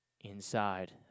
inside